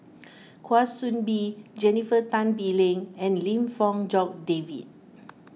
Kwa Soon Bee Jennifer Tan Bee Leng and Lim Fong Jock David